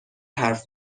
حرف